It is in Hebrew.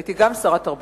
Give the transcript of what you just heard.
הייתי גם שרת התרבות.